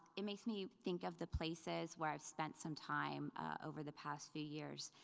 it makes me think of the places where i've spent some time over the past few years,